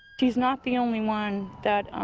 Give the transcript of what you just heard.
she's not the only one that